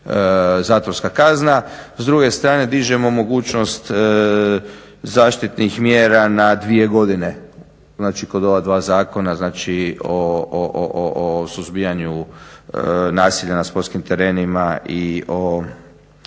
zatvorska kazna. S druge strane dižemo mogućnost zaštitnih mjera na dvije godine, znači kod ova dva zakona, znači o suzbijanju nasilja na sportskim terenima i o